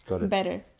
better